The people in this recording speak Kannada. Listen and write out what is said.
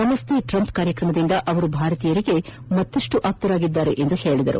ನಮಸ್ತೆ ಟ್ರಂಪ್ ಕಾರ್ಯಕ್ರಮದಿಂದ ಅವರು ಭಾರತೀಯರಿಗೆ ಮತ್ತಪ್ಪು ಆಪ್ತರಾಗಿದ್ದಾರೆ ಎಂದು ಹೇಳಿದರು